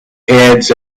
heads